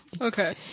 Okay